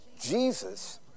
Jesus